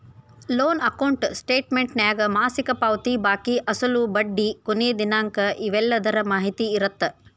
loan account ಸ್ಟೇಟಮೆಂಟ್ನ್ಯಾಗ ಮಾಸಿಕ ಪಾವತಿ ಬಾಕಿ ಅಸಲು ಬಡ್ಡಿ ಕೊನಿ ದಿನಾಂಕ ಇವೆಲ್ಲದರ ಮಾಹಿತಿ ಇರತ್ತ